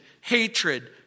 hatred